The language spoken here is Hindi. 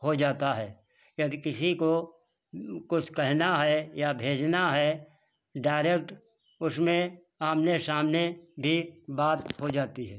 हो जाता है यदि किसी को कुछ कहना है या भेजना है डायरेक्ट उसमें आमने सामने भी बात हो जाती है